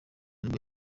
nibwo